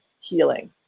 healing